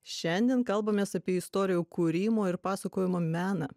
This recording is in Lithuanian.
šiandien kalbamės apie istorijų kūrimo ir pasakojimo meną